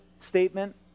statement